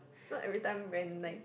not every time when like